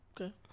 Okay